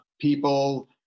people